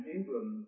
England